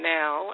now